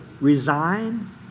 resign